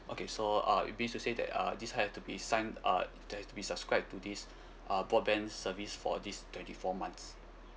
okay so uh it means to say that uh this have to be signed uh it has to be subscribed to this uh broadband service for these twenty four months